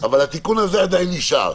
אבל התיקון הזה עדיין נשאר.